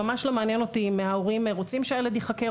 ממש לא מעניין אותי אם ההורים רוצים שהילד ייחקר,